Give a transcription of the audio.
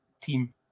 team